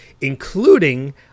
including